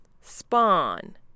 Spawn